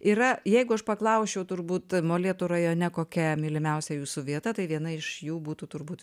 yra jeigu aš paklausčiau turbūt molėtų rajone kokia mylimiausia jūsų vieta tai viena iš jų būtų turbūt